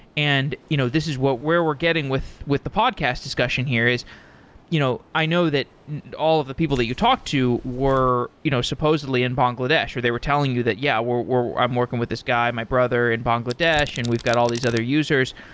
and you know this is what where we're getting with with the podcast discussion here is you know i know that all of the people that you talk to were you know supposedly in bangladesh or they were telling you that, yeah, i'm working with this guy, my brother in bangladesh, and we've got all these other users,